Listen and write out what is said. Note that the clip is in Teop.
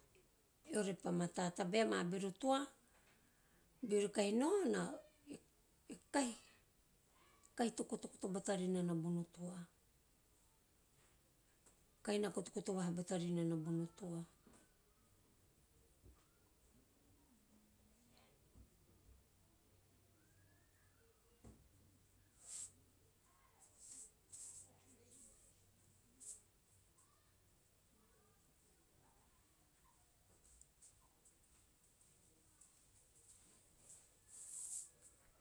Ore pa mata tabae ama bero toa beori nao na, e kahi to kotokoto bata rinana bono rinana toa- e kahi na kotokoto vaha bata vinana bono toa.